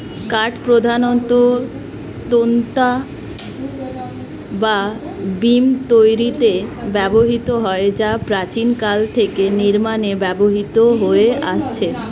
কাঠ প্রধানত তক্তা বা বিম তৈরিতে ব্যবহৃত হয় যা প্রাচীনকাল থেকে নির্মাণে ব্যবহৃত হয়ে আসছে